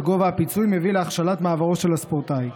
גובה הפיצוי מביא להכשלת מעברו של הספורטאי.